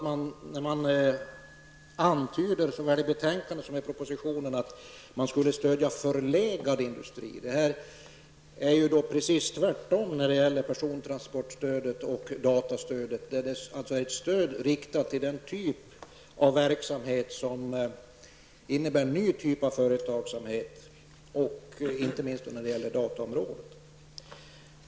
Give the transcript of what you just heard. Man antyder såväl i betänkandet som i propositionen att man skulle stödja förlegade industrier. Det är ju precis tvärtom när det gäller persontransportstödet och datastödet. De är riktade mot en ny typ av företagsamhet, inte minst dataområdet.